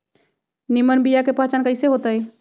निमन बीया के पहचान कईसे होतई?